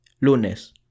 lunes